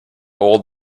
old